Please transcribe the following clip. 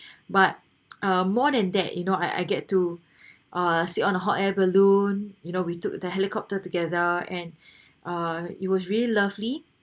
but uh more than that you know I I get to uh sit on a hot air balloon you know we took the helicopter together and ah it was really lovely